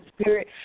spirit